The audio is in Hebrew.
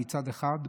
מצד אחד.